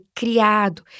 criado